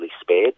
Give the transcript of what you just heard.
spared